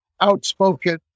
outspoken